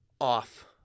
off